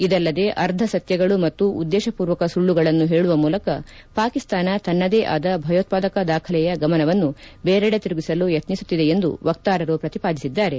ಇದಲ್ಲದೆ ಅರ್ಧ ಸತ್ಯಗಳು ಮತ್ತು ಉದ್ದೇಶಪೂರ್ವಕ ಸುಳ್ಳುಗಳನ್ನು ಹೇಳುವ ಮೂಲಕ ಪಾಕಿಸ್ತಾನ ತನ್ನದೇ ಆದ ಭಯೋತ್ವಾದಕ ದಾಖಲೆಯ ಗಮನವನ್ನು ಬೇರೇಡೆ ತಿರುಗಿಸಲು ಯತ್ತಿಸುತ್ತಿದೆ ಎಂದು ವಕ್ತಾರರು ಪ್ರತಿಪಾದಿಸಿದ್ದಾರೆ